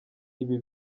ibi